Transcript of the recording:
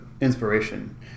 inspiration